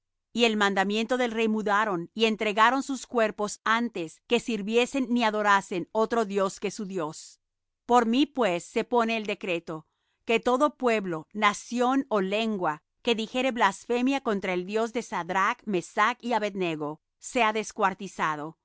y el mandamiento del rey mudaron y entregaron sus cuerpos antes que sirviesen ni adorasen otro dios que su dios por mí pues se pone decreto que todo pueblo nación ó lengua que dijere blasfemia contra el dios de sadrach mesach y abed nego sea descuartizado